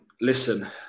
listen